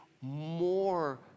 More